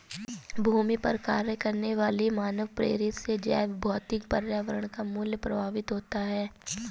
भूमि पर कार्य करने वाली मानवप्रेरित से जैवभौतिक पर्यावरण का मूल्य प्रभावित होता है